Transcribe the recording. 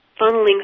funneling